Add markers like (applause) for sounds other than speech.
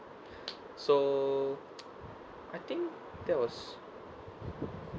(noise) so (noise) I think there was